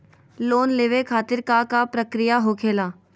Loan लेवे खातिर का का प्रक्रिया होखेला?